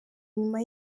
nyuma